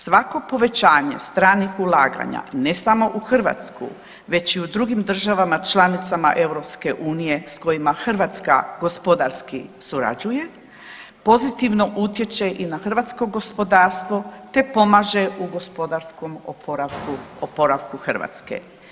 Svako povećanje stranih ulaganja ne samo u Hrvatsku već i u drugim državama članicama EU s kojima Hrvatska gospodarski surađuje pozitivno utječe i na hrvatsko gospodarstvo, te pomaže u gospodarskom oporavku, oporavku Hrvatske.